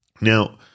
Now